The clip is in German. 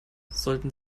sollten